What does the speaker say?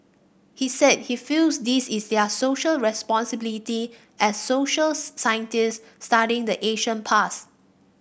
he said he feels this is their Social Responsibility as socials scientists studying the ancient past